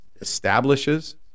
establishes